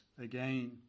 again